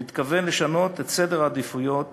מתכוון לשנות את סדר העדיפויות